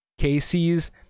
KC's